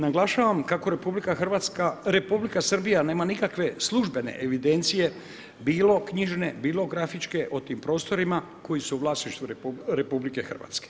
Naglašavam kako Republika Srbija, nema nikakve službene evidencije, bilo knjižene, bilo grafičke o tim prostorima, koji su u vlasništvu RH.